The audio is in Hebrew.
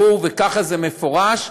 ברור וכך זה מפורש,